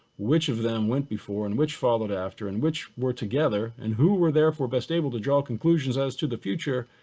which of them went before and which followed after and which were together and who were therefore best able to draw conclusions as to the future.